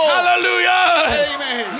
Hallelujah